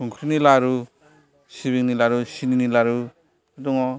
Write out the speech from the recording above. संख्रिनि लारु सिबिंनि लारु सिनिनि लारु दङ